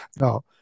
No